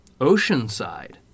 Oceanside